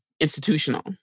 institutional